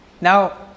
Now